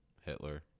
Hitler